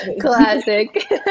Classic